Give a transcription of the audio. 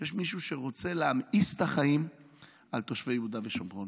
שיש מישהו שרוצה להמאיס את החיים על תושבי יהודה ושומרון.